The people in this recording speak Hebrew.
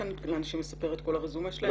לאנשים לספר את כל הרזומה שלהם,